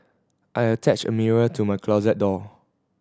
I attached a mirror to my closet door